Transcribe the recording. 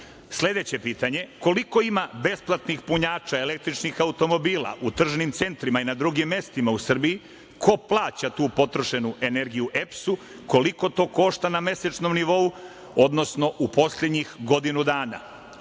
pitanje – koliko ima besplatnih punjača električnih automobila u tržnim centrima i na drugim mestima u Srbiji, ko plaća tu potrošenu energiju EPS-u, koliko to košta na mesečnom nivou, odnosno u poslednjih godinu